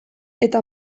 eta